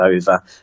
over